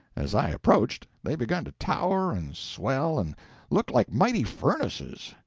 as i approached, they begun to tower and swell and look like mighty furnaces.